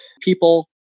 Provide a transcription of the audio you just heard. people